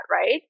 Right